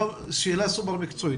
שאלה סופר מקצועית.